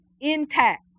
intact